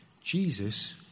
Jesus